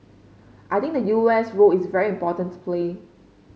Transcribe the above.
I think the U S role is very important to play